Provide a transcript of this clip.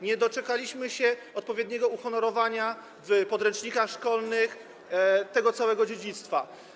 Nie doczekaliśmy się odpowiedniego uhonorowania w podręcznikach szkolnych tego całego dziedzictwa.